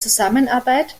zusammenarbeit